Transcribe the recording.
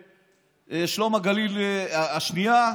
במלחמת שלום הגליל השנייה,